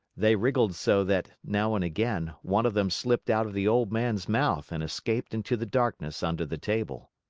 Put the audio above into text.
they wriggled so that, now and again, one of them slipped out of the old man's mouth and escaped into the darkness under the table.